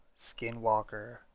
Skinwalker